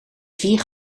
vier